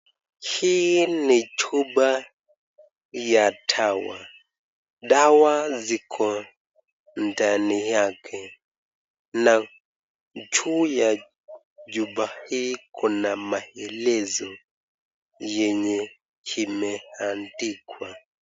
Hii ni chupa ya dawa ,dawa ziko ndani yake na juu ya juba hii kuna maelezo yenye imeandikwa .